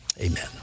Amen